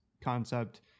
concept